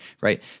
right